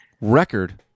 record